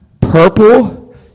Purple